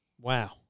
Wow